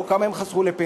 לא כמה הם חסכו לפנסיה,